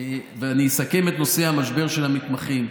אסכם את נושא המשבר של המתמחים: